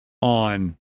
on